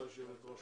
הישיבה ננעלה בשעה